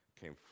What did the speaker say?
came